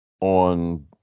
On